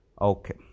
Okay